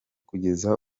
kugeza